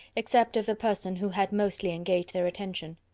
except of the person who had mostly engaged their attention.